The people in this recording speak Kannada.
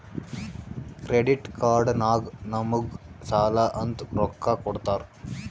ಕ್ರೆಡಿಟ್ ಕಾರ್ಡ್ ನಾಗ್ ನಮುಗ್ ಸಾಲ ಅಂತ್ ರೊಕ್ಕಾ ಕೊಡ್ತಾರ್